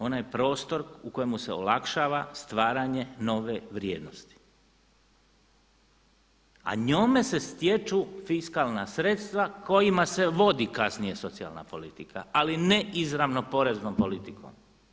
Ona je prostor u kojemu se olakšava stvaranje nove vrijednosti, a njome se stječu fiskalna sredstva kojima se vodi kasnije socijalna politika, ali ne izravno poreznom politikom.